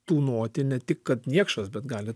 tūnoti ne tik kad niekšas bet gali